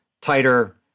tighter